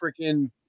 freaking